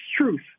truth